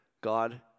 God